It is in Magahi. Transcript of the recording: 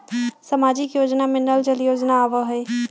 सामाजिक योजना में नल जल योजना आवहई?